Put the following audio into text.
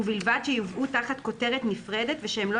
ובלבד שיובאו תחת כותרת נפרדת ושהם לא